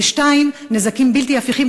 2. נזקים בלתי הפיכים,